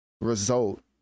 result